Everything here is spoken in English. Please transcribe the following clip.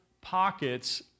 pockets